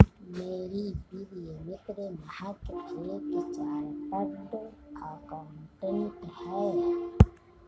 मेरी प्रिय मित्र महक एक चार्टर्ड अकाउंटेंट है